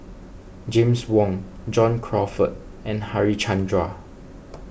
James Wong John Crawfurd and Harichandra